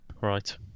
Right